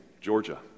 Georgia